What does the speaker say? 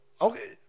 okay